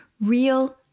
Real